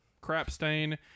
crap-stain